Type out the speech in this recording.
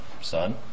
son